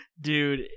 Dude